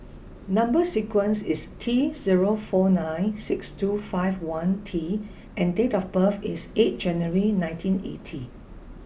number sequence is T zero four nine six two five one T and date of birth is eight January nineteen eighty